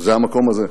וזה המקום הזה.